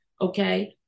okay